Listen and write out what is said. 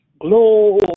Glory